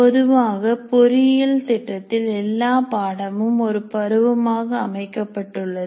பொதுவாக பொறியியல் திட்டத்தில் எல்லா பாடமும் ஒரு பருவமாக அமைக்கப்பட்டுள்ளது